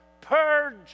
purge